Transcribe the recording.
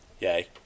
yay